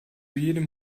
jedem